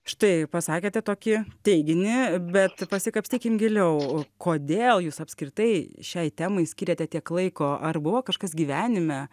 štai pasakėte tokį teiginį bet pasikapstykim giliau kodėl jūs apskritai šiai temai skiriate tiek laiko ar buvo kažkas gyvenime